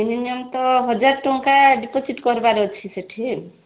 minimum ତ ହଜାର ଟଙ୍କା ଡିପୋଜିଟ୍ କରବାର ଅଛି ସେଇଠି